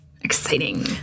Exciting